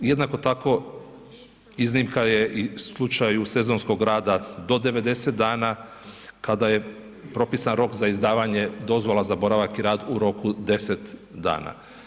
Jednako tako, iznimka je i u slučaju sezonskog rada do 90 dana kada je propisan rok za izdavanje dozvola za boravak i rad u roku 10 dana.